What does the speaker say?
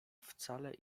wcale